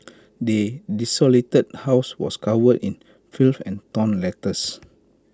the desolated house was covered in filth and torn letters